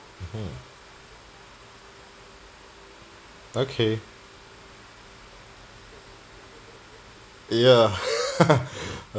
mmhmm okay ya